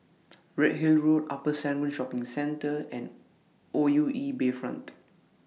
Redhill Road Upper Serangoon Shopping Centre and O U E Bayfront